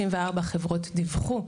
34 חברות דיווחו,